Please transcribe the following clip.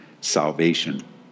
salvation